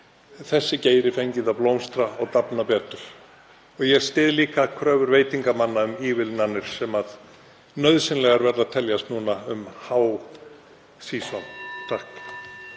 þessi geiri fengið að blómstra og dafna betur. Ég styð líka kröfur veitingamanna um ívilnanir sem nauðsynlegar verða að teljast núna um „há-season“.